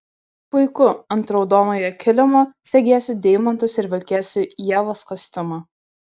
puiku ant raudonojo kilimo segėsiu deimantus ir vilkėsiu ievos kostiumą